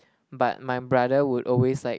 but my brother would always like